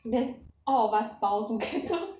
then all of us bow together